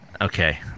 Okay